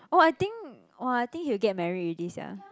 oh I think oh I think he'll get married already sia